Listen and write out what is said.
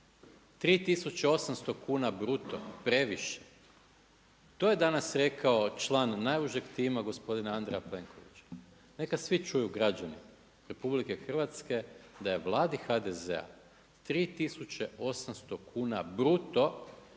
3800 kuna bruto previše? To je danas rekao član najužeg tima gospodina Andreja Plenkovića. Neka svi čuju, građani RH da je Vladi HDZ-a 3800 kuna bruto